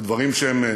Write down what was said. אלה דברים שהם,